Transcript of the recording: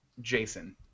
jason